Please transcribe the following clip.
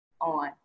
on